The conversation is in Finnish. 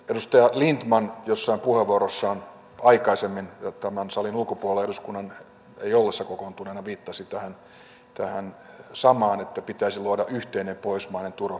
edustaja lindtman jossain puheenvuorossaan aikaisemmin tämän salin ulkopuolella eduskunnan ei ollessa kokoontuneena viittasi tähän samaan että pitäisi luoda yhteinen pohjoismainen turvapaikkakäytäntö